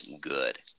good